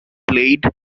played